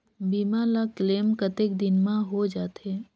बीमा ला क्लेम कतेक दिन मां हों जाथे?